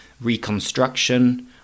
reconstruction